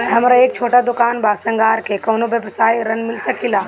हमर एक छोटा दुकान बा श्रृंगार के कौनो व्यवसाय ऋण मिल सके ला?